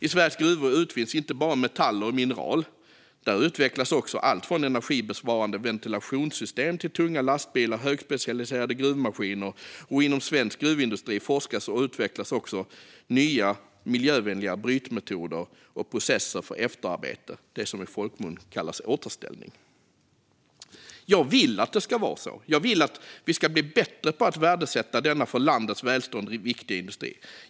I Sveriges gruvor utvinns inte bara metaller och mineral, utan där utvecklas också allt från energibesparande ventilationssystem till tunga lastbilar och högspecialiserade gruvmaskiner. Inom svensk gruvindustri forskas det, och det utvecklas nya miljövänliga brytmetoder och processer för efterarbete, det som i folkmun kallas återställning. Jag vill att det ska vara så. Jag vill att vi ska bli bättre på att värdesätta denna för landets välstånd viktiga industri.